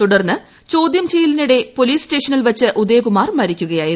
തുടർന്ന് ചോദ്യം ചെയ്യലിനിടെ പോലീസ് സ്റ്റേഷനിൽവച്ച് ഉദയകുമാർ മരിക്കുകയായിരുന്നു